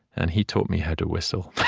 and he taught me how to whistle,